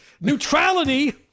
neutrality